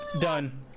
done